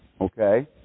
okay